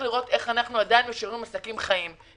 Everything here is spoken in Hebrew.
לראות איך אנחנו עדיין משאירים עסקים חיים.